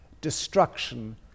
destruction